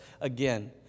again